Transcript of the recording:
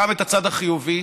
גם את הצד החיובי,